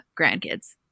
grandkids